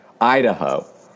Idaho